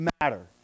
matter